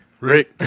Rick